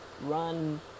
run